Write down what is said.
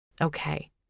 Okay